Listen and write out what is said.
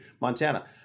Montana